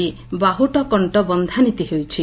ଆଜି ବାହୁଟ କଣ୍କ ବନ୍ଧା ନୀତି ହେଉଛି